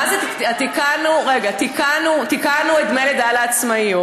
מה זה, תיקנו את דמי הלידה לעצמאיות.